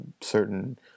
certain